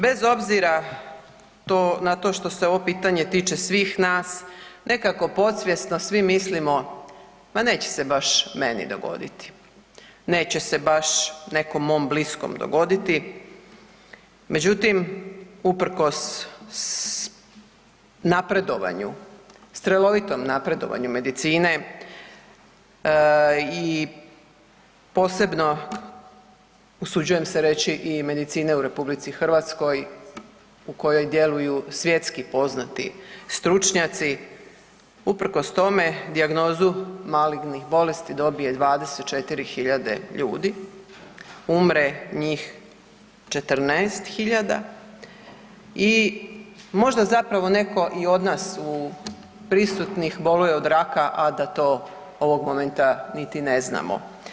Bez obzira na to što se ovo pitanje tiče svih nas nekako podsvjesno svi mislimo ma se baš meni dogoditi, neće se baš nekom mom bliskom dogoditi, međutim uprkos napredovanju, strelovitom napredovanju medicine i posebno usuđujem se reći i medicine u RH u kojoj djeluju svjetski poznati stručnjaci, uprkos tome dijagnozu malignih bolesti dobije 24.000 ljudi, umre njih 14.000 i možda zapravo i netko od nas prisutnih boluje od raka a da to ovog momenta niti ne znamo.